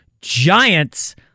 Giants